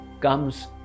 comes